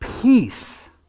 Peace